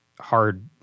hard